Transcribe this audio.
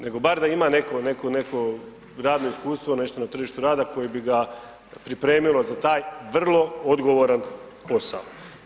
Nego bar da ima neko, neko, neko radno iskustvo nešto na tržištu rada koje bi ga pripremilo za taj vrlo odgovoran posao.